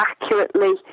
accurately